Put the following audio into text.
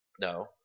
no